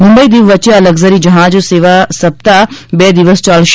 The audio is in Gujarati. મુંબઇ દિવ વચ્ચે આ લકઝરી જ્યાજ સેવા સપ્તાહજમાં બે દિવસ ચાલશે